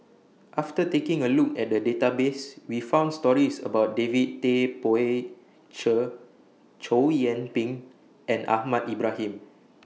after taking A Look At The Database We found stories about David Tay Poey Cher Chow Yian Ping and Ahmad Ibrahim